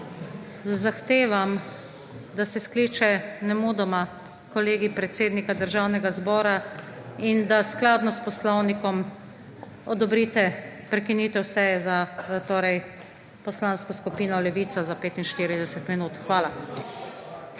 zahtevam, da se skliče nemudoma Kolegij predsednika Državnega zbora in da skladno s poslovnikom odobrite prekinitev seje za torej Poslansko skupino Levica za 45 minut.